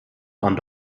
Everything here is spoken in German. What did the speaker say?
waren